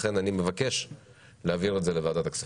לכן אני מבקש להעביר את זה לוועדת הכספים.